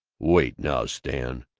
wait now, stan.